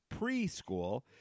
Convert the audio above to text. preschool